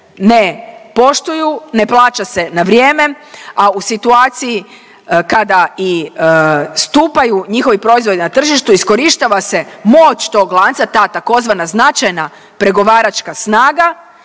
ne poštuju, ne plaća se na vrijeme, a u situaciji kada i stupaju njihovi proizvodi na tržištu iskorištava se moć tog lanca, ta tzv. značajna pregovaračka snaga